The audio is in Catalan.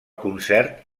concert